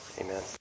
Amen